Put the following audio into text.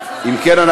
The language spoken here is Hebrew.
אם כן,